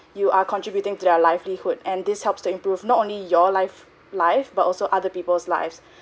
you are contributing to their livelihood and this helps to improve not only your life life but also other people's lives